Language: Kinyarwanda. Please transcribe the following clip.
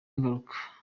ingaruka